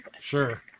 Sure